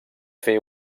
fer